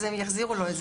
שיחזירו לו.